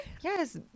Yes